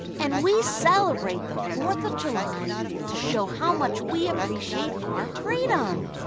and we celebrate the fourth of july to show how much we appreciate our freedom!